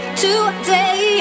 today